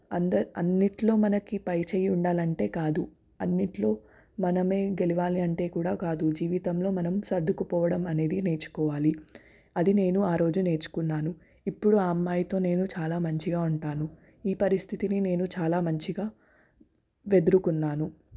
అందరి అన్నింటిలో మనకి పై చేయి ఉండాలంటే కాదు అన్నింటిలో మనమే గెలవాలి అంటే కూడా కాదు జీవితంలో మనం సర్దుకుపోవడం అనేది నేర్చుకోవాలి అది నేను ఆరోజు నేర్చుకున్నాను ఇప్పుడు ఆ అమ్మాయితో నేను చాలా మంచిగా ఉంటాను ఈ పరిస్థితిని నేను చాలా మంచిగా ఎదురుకున్నాను